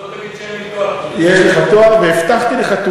שלא תגיד שאין לי תואר, כבוד השר.